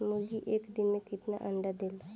मुर्गी एक दिन मे कितना अंडा देला?